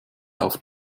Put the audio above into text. auf